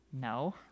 No